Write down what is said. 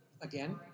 Again